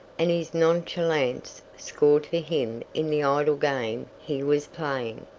and his nonchalance scored for him in the idle game he was playing.